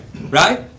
right